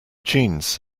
jeans